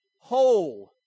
whole